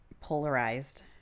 polarized